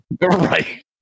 right